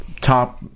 top